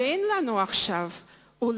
ועכשיו אין.